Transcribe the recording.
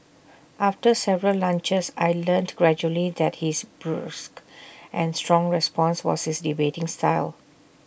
after several lunches I learnt gradually that his brusque and strong response was his debating style